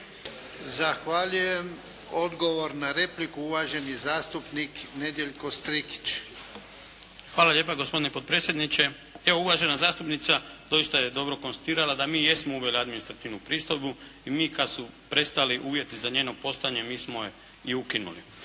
Zahvaljujem. Odgovor na repliku uvaženi zastupnik Nedjeljko Strikić. **Strikić, Nedjeljko (HDZ)** Hvala lijepa gospodine potpredsjedniče. Evo uvažena zastupnica doista je dobro konstatirala da mi jesmo uveli administrativnu pristojbu i mi kad su prestali uvjeti za njeno postojanje mi smo je i ukinuli.